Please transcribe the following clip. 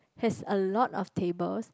has a lot of tables